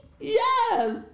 Yes